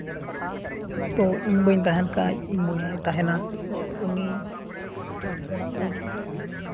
ᱛᱚ ᱤᱧ ᱵᱟᱹᱧ ᱛᱟᱦᱮᱱ ᱠᱷᱟᱱ ᱤᱧ ᱵᱚᱭᱦᱟᱭ ᱛᱟᱦᱮᱱᱟ ᱩᱱᱤ ᱚᱱᱟ ᱠᱚ